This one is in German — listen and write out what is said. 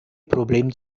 problem